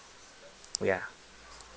yeah